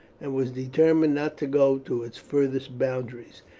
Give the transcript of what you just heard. and was determined not to go to its furthest boundaries.